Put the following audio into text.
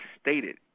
stated